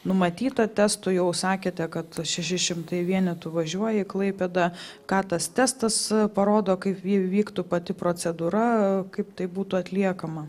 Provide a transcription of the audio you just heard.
numatyta testų jau sakėte kad šeši šimtai vienetų važiuoja į klaipėdą ką tas testas parodo kaip vy vyktų pati procedūra kaip tai būtų atliekama